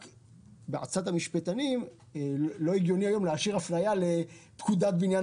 בעצת המשפטנים לא הגיוני היום להשאיר הפנייה לפקודת בניין